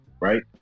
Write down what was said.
right